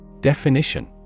Definition